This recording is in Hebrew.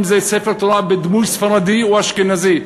אם זה ספר תורה בנוסח ספרדי או אשכנזי.